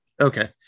okay